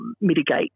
mitigate